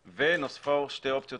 נוספו שתי אופציות,